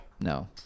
No